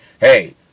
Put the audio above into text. hey